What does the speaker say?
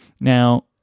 Now